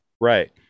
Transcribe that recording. Right